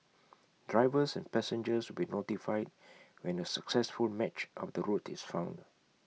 drivers and passengers will be notified when A successful match of the route is found